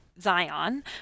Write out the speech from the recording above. zion